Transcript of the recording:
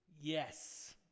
Yes